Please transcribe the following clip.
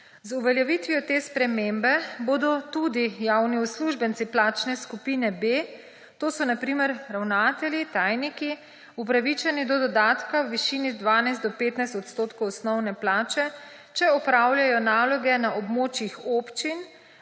Z uveljavitvijo te spremembe bodo tudi javni uslužbenci plačne skupine B, to so na primer ravnatelji, tajniki, upravičeni do dodatka v višini 12 do 15 odstotkov osnovne plače, če opravljajo naloge na območjih občin,